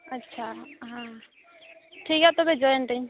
ᱟᱪᱪᱷᱟ ᱦᱮᱸ ᱴᱷᱤᱠ ᱜᱮᱭᱟ ᱛᱚᱵᱮ ᱡᱚᱭᱮᱱᱴᱟᱹᱧ